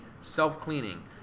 self-cleaning